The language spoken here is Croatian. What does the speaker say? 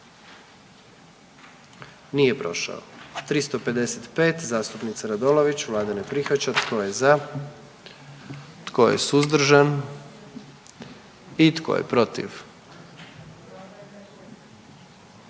44. Kluba zastupnika SDP-a, vlada ne prihvaća. Tko je za? Tko je suzdržan? Tko je protiv?